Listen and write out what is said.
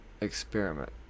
experiment